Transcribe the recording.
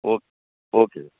okay okay